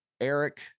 eric